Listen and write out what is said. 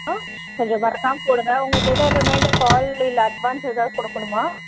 ஆ கொஞ்சம் மறக்காமல் போடுங்கள் உங்களுக்கு எதா ரிமைண்டர் கால் இல்லை அட்வான்ஸ் எதாவது கொடுக்கணுமா